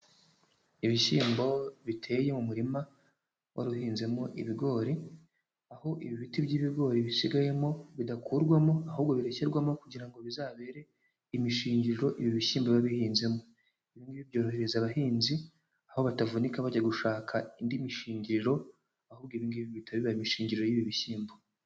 Ibishyimbo biteye mu murima wari uhinzemo ibigori, aho ibi biti by'ibigori bisigayemo bidakurwamo ahubwo bigashyirwamo kugira ngo bizabere imishingiriro ibi bishyimbo biba bihinzemo, ibi ngibi byorohereza abahinzi aho batavunika bajya gushaka indi mishingiriro, ahubwo ibi ngibi bihita biba imishingiriro y'ibi bishyimbo.